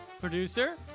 producer